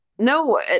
No